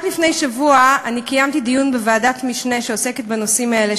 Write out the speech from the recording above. רק לפני שבוע קיימתי דיון בוועדת משנה שעוסקת בנושאים האלה,